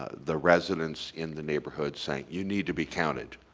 ah the residents in the neighborhood saying you need to be counted.